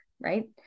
right